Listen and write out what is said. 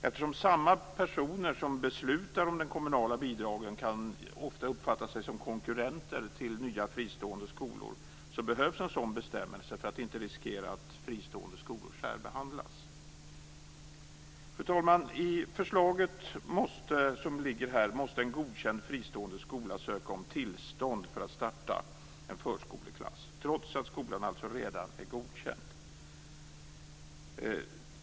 Eftersom det är samma personer som beslutar om de kommunala bidragen kan de ofta uppfatta sig som konkurrenter, och därför behövs en sådan bestämmelse för att inte riskera att fristående skolor särbehandlas. Fru talman! Enligt det liggande förslaget måste en godkänd fristående skola ansöka om tillstånd för att starta en förskoleklass trots att skolan redan är godkänd.